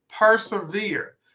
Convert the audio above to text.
Persevere